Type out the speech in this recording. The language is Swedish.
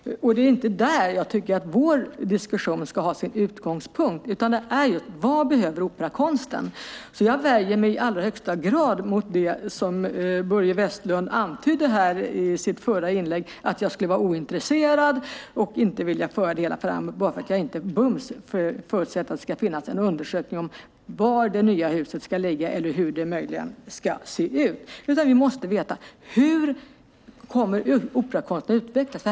Och det är inte där jag tycker att vår diskussion ska ha sin utgångspunkt, utan det handlar just om: Vad behöver operakonsten? Jag värjer mig i allra högsta grad mot det som Börje Vestlund antydde i sitt förra inlägg, att jag skulle vara ointresserad och inte vilja föra det hela framåt bara för att jag inte bums förutsätter att det ska finnas en undersökning om var det nya huset ska ligga eller hur det möjligen ska se ut. Vi måste veta: Hur kommer operakonsten att utvecklas?